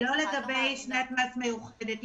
לא לגבי שנת מס מיוחדת.